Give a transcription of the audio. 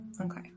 okay